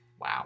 Wow